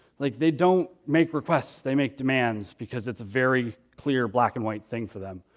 like, they don't make requests, they make demands because it's a very clear, black-and-white thing for them.